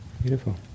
Beautiful